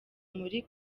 muri